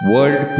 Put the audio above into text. World